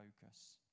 focus